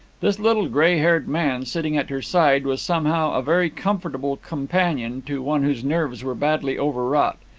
this little grey-haired man, sitting at her side, was somehow a very comfortable companion to one whose nerves were badly overwrought.